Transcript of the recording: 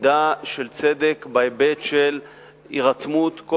מידה של צדק בהיבט של הירתמות כל